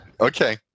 Okay